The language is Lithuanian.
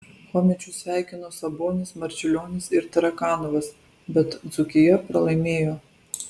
chomičių sveikino sabonis marčiulionis ir tarakanovas bet dzūkija pralaimėjo